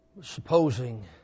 Supposing